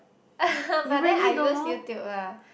but then I use YouTube ah